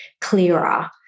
clearer